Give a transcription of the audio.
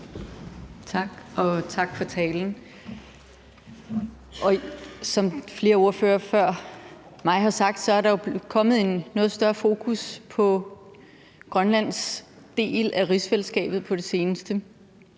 Tak, og tak for talen. Som flere ordførere før mig har sagt, er der jo kommet et noget større fokus på Grønlands del af rigsfællesskabet på det seneste,